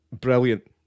brilliant